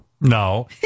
No